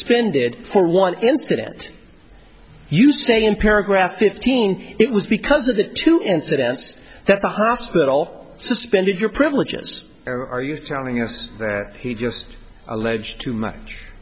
d for one incident you say in paragraph fifteen it was because of the two incidents that the hospital suspended your privileges or are you telling us where he just alleged too much